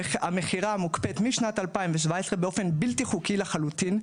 המכירה מוקפאת משנת 2017 באופן בלתי חוקי לחלוטין.